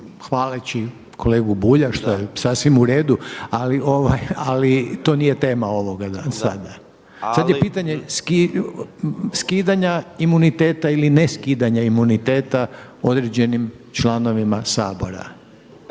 hvaleći kolegu Bulja što je sasvim uredu, ali to nije tama ovoga sada. Sad je pitanje skidanja imuniteta ili ne skidanja imuniteta određenim članovima Sabora.